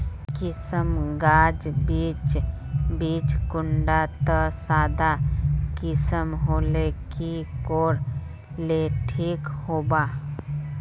किसम गाज बीज बीज कुंडा त सादा किसम होले की कोर ले ठीक होबा?